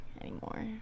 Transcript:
anymore